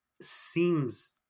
seems